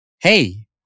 Hey